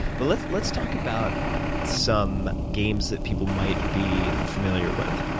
but let's let's talk about some games that people might be familiar with.